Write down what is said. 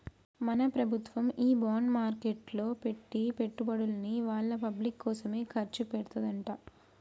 మన ప్రభుత్వము ఈ బాండ్ మార్కెట్లో పెట్టి పెట్టుబడుల్ని వాళ్ళ పబ్లిక్ కోసమే ఖర్చు పెడతదంట